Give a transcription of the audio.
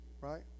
Right